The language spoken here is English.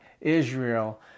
Israel